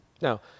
Now